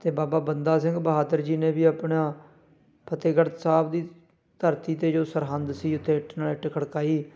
ਅਤੇ ਬਾਬਾ ਬੰਦਾ ਸਿੰਘ ਬਹਾਦਰ ਜੀ ਨੇ ਵੀ ਆਪਣਾ ਫਤਿਹਗੜ੍ਹ ਸਾਹਿਬ ਦੀ ਧਰਤੀ 'ਤੇ ਜੋ ਸਰਹੰਦ ਸੀ ਉੱਥੇ ਇੱਟ ਨਾਲ਼ ਇੱਟ ਖੜਕਾਈ